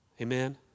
Amen